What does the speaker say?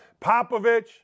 Popovich